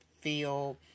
feel